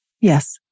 Yes